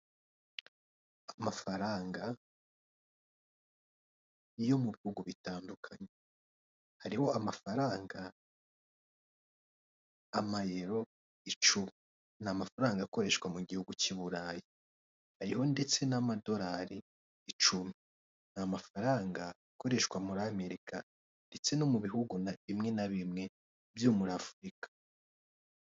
Amafaranga yo mu bihugu bitandukanye, hariho amafaranga, amayero icumi, ni amafaranga akoreshwa mu gihugu by'i Burayi. Hariho ndetse n'amadorari icumi, ni amafaranga akoreshwa muri Amerika ndetse no mu bihugu bimwe na bimwe byo muri Afurika.